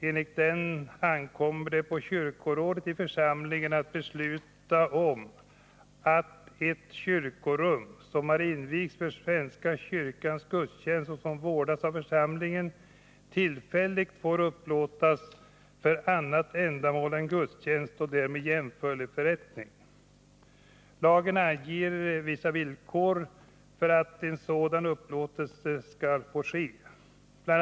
Enligt den ankommer det på kyrkorådet i församlingen att besluta om att ett kyrkorum, som har invigts för svenska kyrkans gudstjänst och som vårdas av församlingen, tillfälligt får upplåtas för annat ändamål än gudstjänst och därmed jämförlig förrättning. Lagen anger vissa villkor för att en sådan upplåtelse skall få ske. Bl.